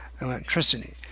electricity